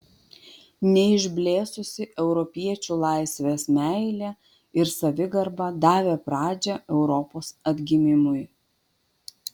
neišblėsusi europiečių laisvės meilė ir savigarba davė pradžią europos atgimimui